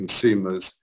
consumers